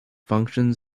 function